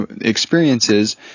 experiences